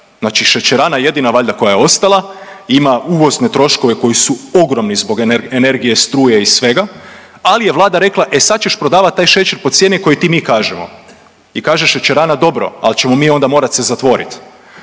znači šećerana jedina valjda koja je ostala ima uvozne troškove koji su ogromni zbog energije struje i svega, ali je vlada rekla e sad ćeš prodavat taj šećer po cijeni koji ti mi kažemo i kaže šećerana dobro, ali ćemo mi onda morat se zatvorit.